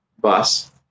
bus